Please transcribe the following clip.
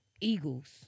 eagles